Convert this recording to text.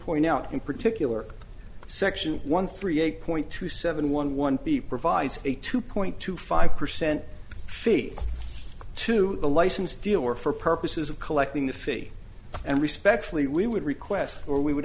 point out in particular section one three eight point two seven one one p provides a two point two five percent fee to a licensed dealer for purposes of collecting the fee and respectfully we would request or we would